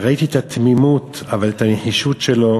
וראיתי את התמימות ואת הנחישות שלו,